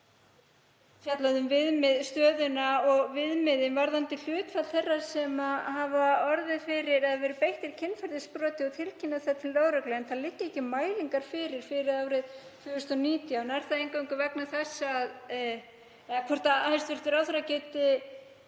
það liggja ekki mælingar fyrir fyrir árið 2019.